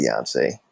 Beyonce